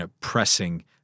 pressing